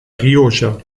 rioja